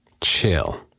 chill